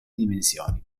dimensioni